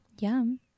yum